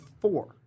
four